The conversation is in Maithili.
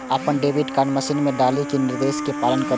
अपन डेबिट कार्ड मशीन मे डालि कें निर्देश के पालन करु